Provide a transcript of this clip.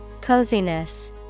Coziness